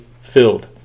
filled